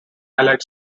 allied